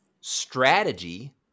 Strategy